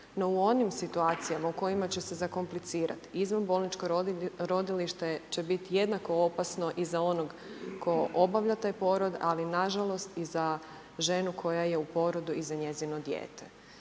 No u onim situacijama u kojima će se zakomplicirati izvanbolničko rodilište će biti jednako opasno i za onog tko obavlja taj porod, ali nažalost i za ženu koja je u porodu i za njezino dijete.